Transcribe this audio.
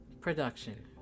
production